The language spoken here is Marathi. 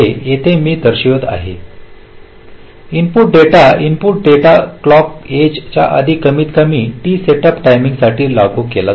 येथे मी हे दर्शवित आहे input data input data clock च्या एजच्या आधी कमीतकमी t सेटअप टायमिंग साठी लागू केला जातो